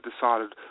decided